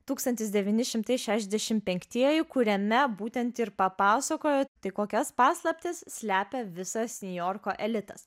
tūkstantis devyni šimtai šešdešim penktieji kuriame būtent ir papasakojo tai kokias paslaptis slepia visas niujorko elitas